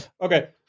Okay